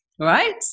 right